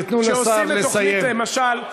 חבר הכנסת חיים ילין, תנו לשר לסיים.